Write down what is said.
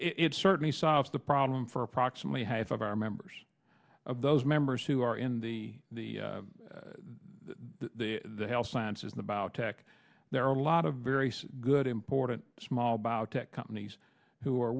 pass it certainly solves the problem for approximately half of our members of those members who are in the the the health sciences about tech there are a lot of very good important small biotech companies who are